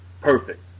perfect